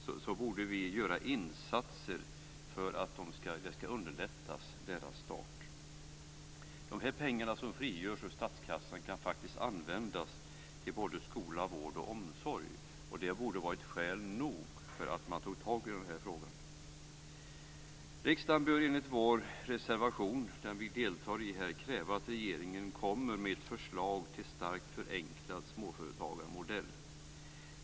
Därför borde vi göra insatser för att underlätta deras start. De pengar som frigörs från statskassan kan faktiskt användas till skola, vård och omsorg. Det borde ha varit skäl nog för att ta tag i den här frågan. Riksdagen bör enligt vår reservation, den som vi deltar i, kräva att regeringen kommer med förslag om starkt förenklad småföretagarmodell.